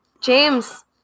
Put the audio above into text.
James